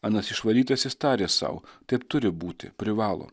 anas išvarytasis tarė sau taip turi būti privalo